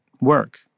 work